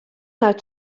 had